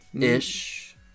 ish